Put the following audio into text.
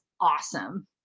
awesome